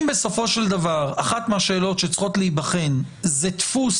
אם בסופו של דבר אחת מהשאלות שצריכות להיבחן זה דפוס